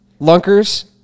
lunkers